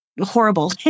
horrible